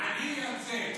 אני יוצא.